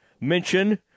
mention